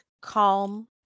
calm